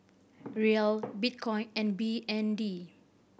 Riel Bitcoin and B N D